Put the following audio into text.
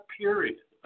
period